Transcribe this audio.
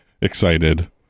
excited